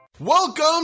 Welcome